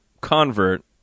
convert